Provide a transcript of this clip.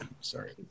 sorry